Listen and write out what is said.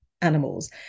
animals